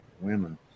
women